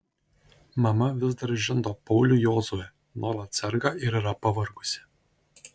mama vis dar žindo paulių jozuę nuolat serga ir yra pavargusi